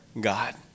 God